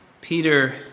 Peter